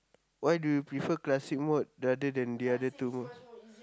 why do you prefer classic mode rather than the other two